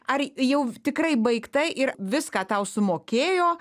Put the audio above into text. ar jau tikrai baigta ir viską tau sumokėjo